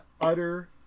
utter